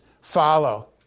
follow